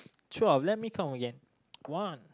twelve let me count again one